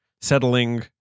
settling